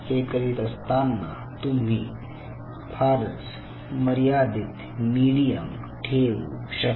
हे करीत असतांना तुम्ही फारच मर्यादित मीडियम ठेवू शकता